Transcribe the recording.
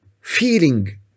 feeling